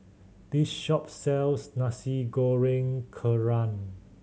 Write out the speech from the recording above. this shop sells Nasi Goreng Kerang